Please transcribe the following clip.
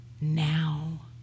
Now